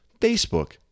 Facebook